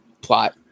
plot